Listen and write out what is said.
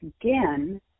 again